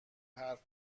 حرف